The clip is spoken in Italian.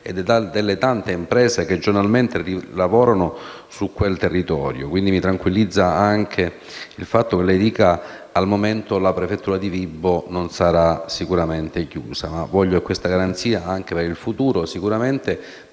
e delle tante imprese che giornalmente lavorano su quel territorio. Mi tranquillizza anche il fatto che lei dica che al momento la prefettura di Vibo Valentia non sarà chiusa, ma voglio questa garanzia anche per il futuro. Non si